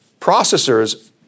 processors